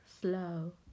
Slow